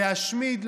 להשמיד,